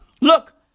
look